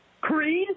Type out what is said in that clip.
Creed